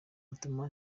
utuma